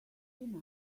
tina